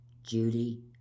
Judy